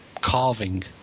carving